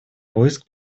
поиск